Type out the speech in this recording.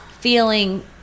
feeling